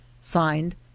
Signed